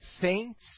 Saints